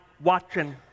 watching